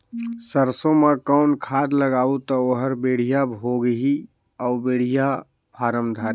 सरसो मा कौन खाद लगाबो ता ओहार बेडिया भोगही अउ बेडिया फारम धारही?